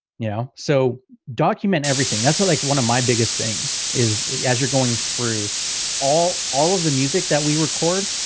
you know, so document everything that's like one of my biggest things is, as you're going through all all of the music that we record,